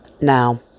Now